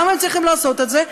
למה הם צריכים לעשות את זה?